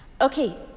Okay